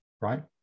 Right